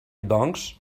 doncs